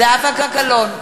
זהבה גלאון,